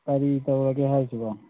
ꯀꯔꯤ ꯇꯧꯔꯒꯦ ꯍꯥꯏꯁꯤꯕꯣ